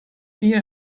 viel